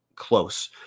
close